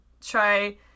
Try